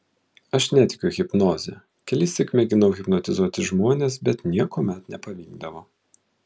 aš netikiu hipnoze kelissyk mėginau hipnotizuoti žmones bet niekuomet nepavykdavo